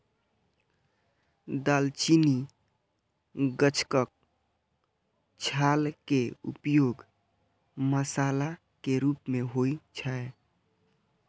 दालचीनी गाछक छाल के उपयोग मसाला के रूप मे होइ छै